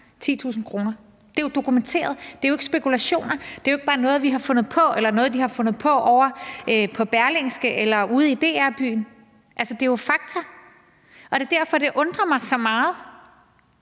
10.000 kr. Det er jo dokumenteret; det er jo ikke spekulationer; det er jo ikke bare noget, vi har fundet på, eller noget, de har fundet på ovre på Berlingske eller ude i DR Byen. Det er jo fakta, og det er derfor, at det undrer mig så meget,